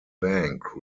bank